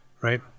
Right